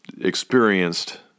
experienced